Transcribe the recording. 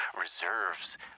reserves